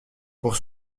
pour